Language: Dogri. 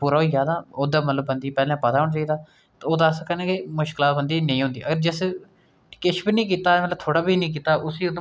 ते उस संगोष्ठी च एह् सारी चर्चा होंदी रेही उसदे बाद जियां में तुसेंगी पुच्छेआ लिट्ररेरी वर्डस